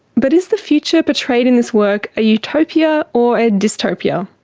but is the future portrayed in this work a utopia or a dystopia?